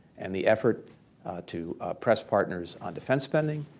and the effort to press partners on defense spending,